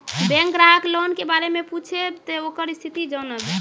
Bank ग्राहक loan के बारे मैं पुछेब ते ओकर स्थिति जॉनब?